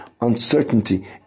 uncertainty